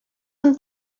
them